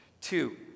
Two